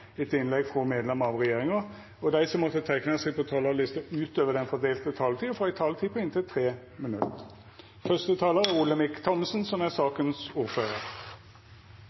etter innlegg frå medlemer av regjeringa, og dei som måtte teikna seg på talarlista utover den fordelte taletida, får òg ei taletid på inntil 3 minutt.